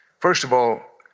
first of all,